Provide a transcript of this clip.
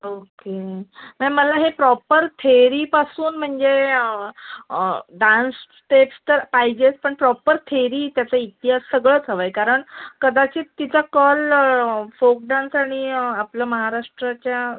okay ma'am मला हे proper थेरीपासून म्हणजे डान्स तेच तर पाहिजेच पण प्रॉपर थेरी त्याचा इतिहास सगळंच हवं आहे कारण कदाचित तिचा कल फोक डान्स आणि आपलं महाराष्ट्रच्या